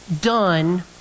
done